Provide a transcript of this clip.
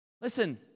Listen